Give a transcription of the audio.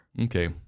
Okay